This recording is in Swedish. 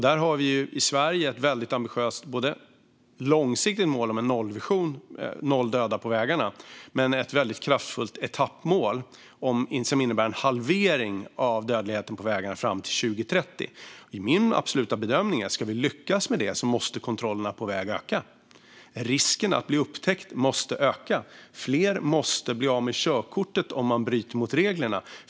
Där har vi i Sverige ett väldigt ambitiöst långsiktigt mål, en nollvision, om noll döda på vägarna. Vi har också ett väldigt kraftfullt etappmål om en halvering av dödligheten på vägarna fram till 2030. Det är min absoluta bedömning att kontrollerna på väg måste öka om vi ska lyckas med detta. Risken att bli upptäckt måste öka. Fler måste bli av med körkortet när de bryter mot reglerna.